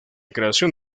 creación